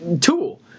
tool